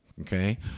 Okay